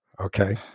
Okay